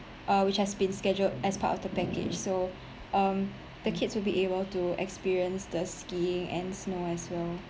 uh which has been scheduled as part of the package so um the kids will be able to experience the skiing and snow as well